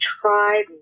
tried